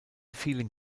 vielen